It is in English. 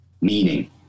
meaning